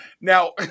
now